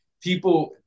people